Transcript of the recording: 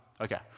Okay